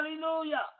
hallelujah